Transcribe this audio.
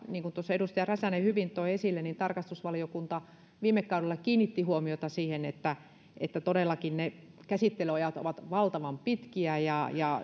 niin kuin tuossa edustaja räsänen hyvin toi esille niin tarkastusvaliokunta viime kaudella kiinnitti huomiota siihen että että todellakin ne käsittelyajat ovat valtavan pitkiä ja ja